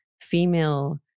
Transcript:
female